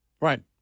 Right